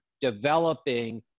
developing